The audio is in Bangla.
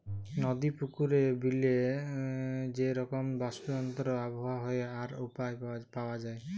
নদি, পুকুরে, বিলে যে রকম বাস্তুতন্ত্র আবহাওয়া হ্যয়ে আর পাওয়া যায়